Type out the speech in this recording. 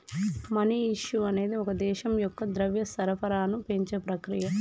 money issue అనేది ఒక దేశం యొక్క ద్రవ్య సరఫరాను పెంచే ప్రక్రియ